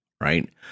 right